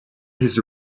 hears